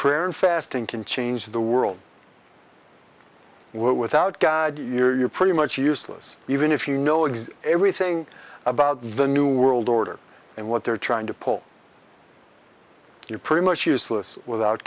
prayer and fasting can change the world without god you're pretty much useless even if you know exist everything about the new world order and what they're trying to pull you pretty much useless without